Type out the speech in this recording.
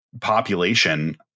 population